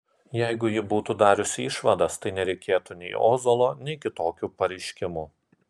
jeigu ji būtų dariusi išvadas tai nereikėtų nei ozolo nei kitokių pareiškimų